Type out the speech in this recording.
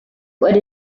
what